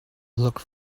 look